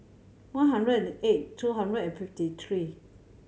one hundred and eight two hundred and fifty three